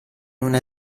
una